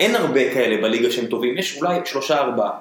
אין הרבה כאלה בליגה שהם טובים, יש אולי 3-4.